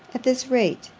at this rate,